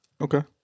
Okay